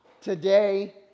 today